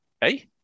hey